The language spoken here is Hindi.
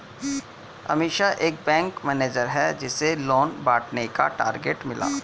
अमीषा एक बैंक मैनेजर है जिसे लोन बांटने का टारगेट मिला